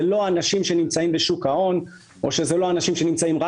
זה לא אנשים שנמצאים בשוק ההון או רק שם.